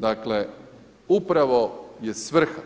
Dakle, upravo je svrha